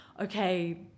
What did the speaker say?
okay